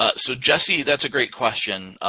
ah so jesse, that's a great question.